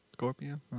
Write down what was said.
Scorpion